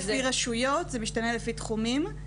זה משתנה לפי רשויות ולפי תחומים.